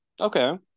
okay